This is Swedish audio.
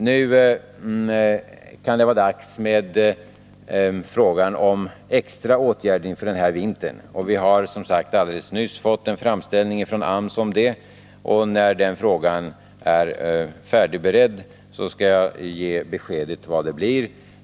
Nu kan det vara dags med frågan om extra åtgärder inför den här vintern. Vi har som sagt alldeles nyss fått en framställning från AMS om detta, och när den frågan är färdigberedd skall jag ge besked om vad det blir.